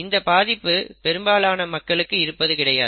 இந்த பாதிப்பு பெரும்பாலான மக்களுக்கு இருப்பது கிடையாது